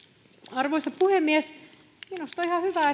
arvoisa puhemies minusta on ihan hyvä